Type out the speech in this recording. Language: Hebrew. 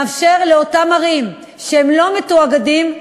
נאפשר לאותן ערים שהן לא מתואגדות,